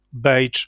beige